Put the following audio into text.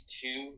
two